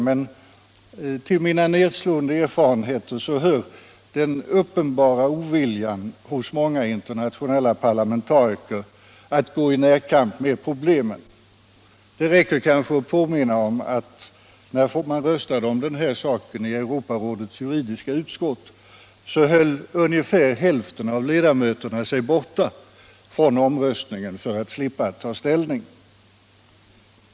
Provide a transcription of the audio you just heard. Men till mina nedslående erfarenheter hör den uppenbara oviljan hos många internationella parlamentariker att gå i närkamp med problemen. Det räcker kanske med att påminna om att när man röstade om denna fråga i Europarådets juridiska utskott, höll ungefär hälften av ledamöterna sig borta från omröstningen för att slippa ta ställning.